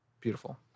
Beautiful